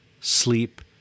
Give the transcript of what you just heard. sleep